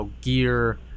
gear